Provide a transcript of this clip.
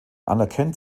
anerkennt